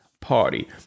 party